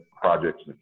projects